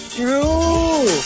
true